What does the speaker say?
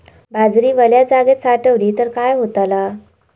बाजरी वल्या जागेत साठवली तर काय होताला?